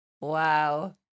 Wow